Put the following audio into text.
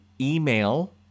email